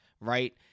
right